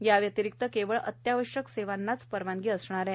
याव्यतिरिक्तकेवळ अत्यावश्यक सेवांनाच परवानगी असणार आहे